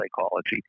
psychology